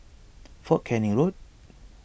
fort Canning Road